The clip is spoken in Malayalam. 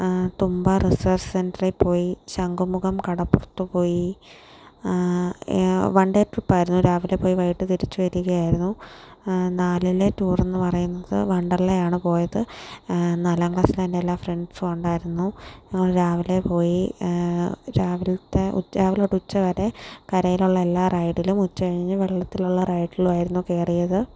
തുമ്പ റിസർച്ച് സെൻട്രലിൽ പോയി ശങ്കുമുഖം കടപ്പുറത്ത് പോയി വൺഡേ ട്രിപ്പ് ആയിരുന്നു രാവിലെ പോയി വൈകിട്ട് തിരിച്ചു വരികയായിരുന്നു നാലിലെ ടൂർ എന്ന് പറയുന്നത് വണ്ടർല ആണ് പോയത് നാലാം ക്ലാസിലെ എൻ്റെ എല്ലാ ഫ്രണ്ട്സും ഉണ്ടായിരുന്നു ഞങ്ങൾ രാവിലെ പോയി രാവിലത്തെ രാവിലെ തൊട്ട് ഉച്ചവരെ കരയിലുള്ള എല്ലാ റൈഡിലും ഉച്ചകഴിഞ്ഞ് വെള്ളത്തിലുള്ള റൈഡിലും ആയിരുന്നു കയറിയത്